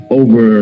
over